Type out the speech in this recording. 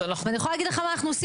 ואני יכולה להגיד לך מה אנחנו עושים